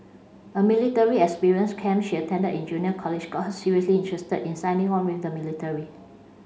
a military experience camp she attended in junior college got her seriously interested in signing on with the military